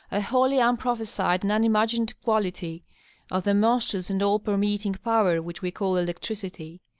a wholly unprophesied and unimagined quality of the monstrous and all-permeating power which we call electricity,